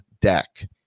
Deck